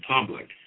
public